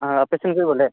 ᱦᱮᱸ ᱟᱯᱮᱥᱮᱫ ᱠᱷᱚᱱ ᱵᱚᱞᱮ